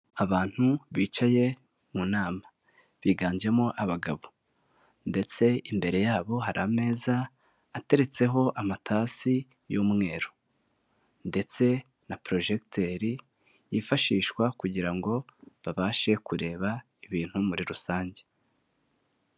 Abantu bicaye mu nama biganjemo abagabo ndetse imbere yabo hari ameza ateretseho amatasi y'umweru ndetse na porojegiteri yifashishwa kugira ngo babashe kureba ibintu muri rusange.